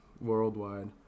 worldwide